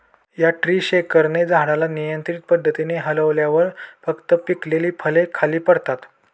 या ट्री शेकरने झाडाला नियंत्रित पद्धतीने हलवल्यावर फक्त पिकलेली फळे खाली पडतात